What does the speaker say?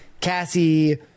Cassie